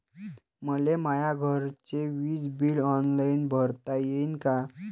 मले माया घरचे विज बिल ऑनलाईन भरता येईन का?